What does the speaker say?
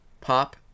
pop